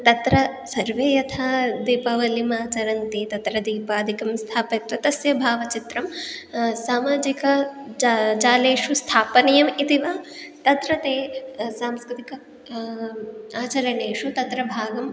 तत्र सर्वे यथा दीपावलिम् आचरन्ति तत्र दीपादिकं स्थापयित्वा तस्य भावचित्रं सामाजिक ज जालेषु स्थापनीयम् इति वा तत्र ते सांस्कृतिक आचरणेषु तत्र भागम्